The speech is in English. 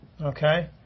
Okay